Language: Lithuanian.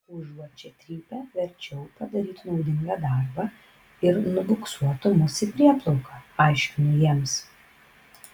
užuot čia trypę verčiau padarytų naudingą darbą ir nubuksuotų mus į prieplauką aiškinu jiems